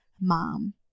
Mom